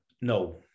No